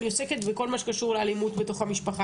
אני עוסקת בכל מה שקשור לאלימות בתוך המשפחה.